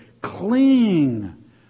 cling